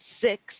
six